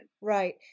right